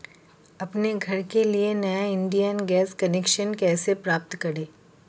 अपने घर के लिए नया इंडियन गैस कनेक्शन कैसे प्राप्त करें?